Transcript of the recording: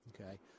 okay